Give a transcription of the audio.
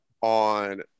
on